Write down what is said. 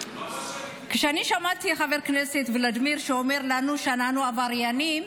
אני שמעתי את חבר כנסת ולדימיר שאומר לנו שאנחנו עבריינים.